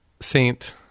Saint